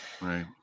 Right